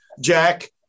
Jack